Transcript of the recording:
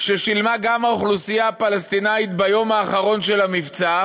ששילמה גם האוכלוסייה הפלסטינית ביום האחרון של המבצע